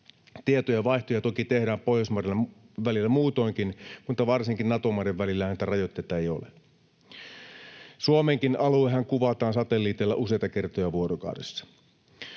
Tietojenvaihtoja toki tehdään Pohjoismaiden välillä muutoinkin, mutta varsinkaan Nato-maiden välillä näitä rajoitteita ei ole. Suomenkin aluehan kuvataan satelliiteilla useita kertoja vuorokaudessa.